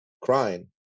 crying